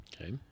Okay